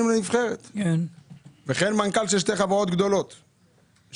של הנבחרת וגם מנכ"ל של שתי חברות גדולות ממשלתיות.